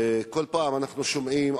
ואני הראשון שגיליתי את